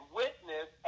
witness